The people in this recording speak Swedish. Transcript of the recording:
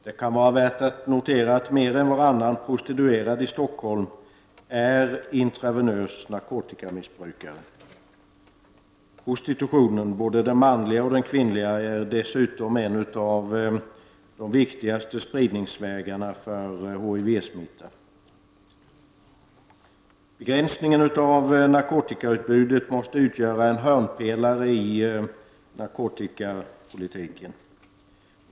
Det kan vara värt att notera att mer än varannan prostituerad i Stockholm missbrukar narkotika intravenöst. Prostitutionen, både den manliga och den kvinnliga, är dessutom en av de viktigaste spridningsvägarna för HIV-smitta. Begränsning av narkotikautbudet måste utgöra en hörnpelare i narkotika politiken.